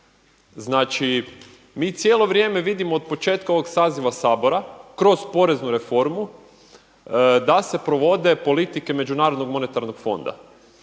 Znači mi cijelo vrijeme vidimo od početka ovog saziva Sabora kroz poreznu reformu da se provode politike Međunarodnog monetarnog fonda.